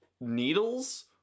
needles